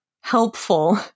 helpful